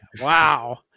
Wow